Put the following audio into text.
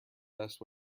best